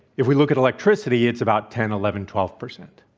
if we look at electricity, it's about ten, eleven, twelve percent.